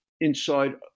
inside